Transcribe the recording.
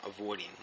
avoiding